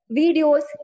videos